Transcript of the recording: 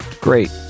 Great